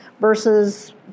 versus